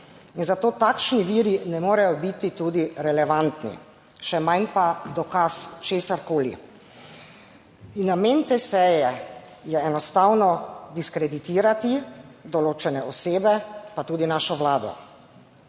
in zato takšni viri ne morejo biti tudi relevantni, še manj pa dokaz česarkoli. Namen te seje je enostavno diskreditirati določene osebe, pa tudi našo Vlado.